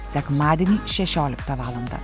sekmadienį šešioliktą valandą